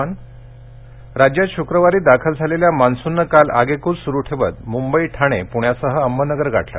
monsoon राज्यात श्क्रवारी दाखल झालेल्या मान्सूननं काल आगेकूच सुरू ठेवत मुंबई ठाणे प्ण्यासह अहमदनगर गाठलं